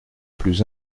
plus